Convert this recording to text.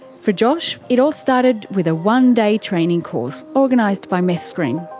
for josh it all started with a one day training course organised by meth screen.